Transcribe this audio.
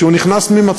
כשהוא נכנס פנימה,